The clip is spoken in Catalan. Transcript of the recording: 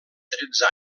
tretze